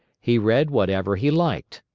he read whatever he liked,